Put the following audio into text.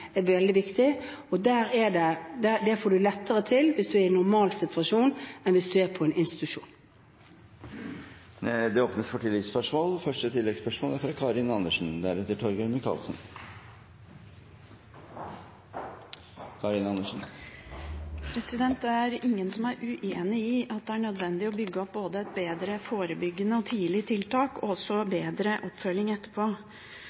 er også veldig viktig, og det får en lettere til hvis en er i en normalsituasjon, enn hvis en er på en institusjon. Det åpnes for oppfølgingsspørsmål – først Karin Andersen. Det er ingen som er uenig i at det er nødvendig å bygge opp et bedre forebyggende og tidlig tiltak og også ha bedre oppfølging etterpå.